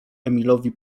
emilowi